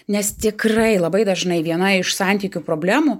nes tikrai labai dažnai viena iš santykių problemų